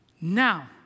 now